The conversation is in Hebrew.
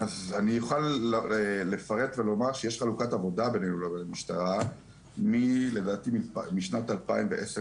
אז אני אוכל לפרט ולומר שיש חלוקת עבודה בינינו לבין המשטרה משנת 2010,